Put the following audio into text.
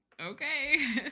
Okay